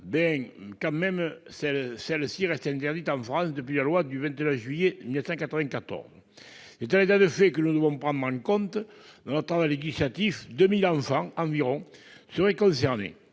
bien même cette pratique reste interdite en France depuis la loi du 29 juillet 1994. C'est un état de fait que nous devons prendre en compte dans notre travail législatif. Environ 2 000 enfants seraient concernés.